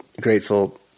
grateful